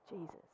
Jesus